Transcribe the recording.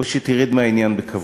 או שתרד מהעניין בכבוד.